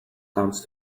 comes